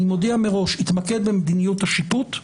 אני מודיע מראש, יתמקד במדיניות השיפוט,